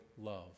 love